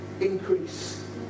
increase